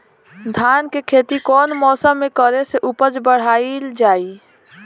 धान के खेती कौन मौसम में करे से उपज बढ़ाईल जाई?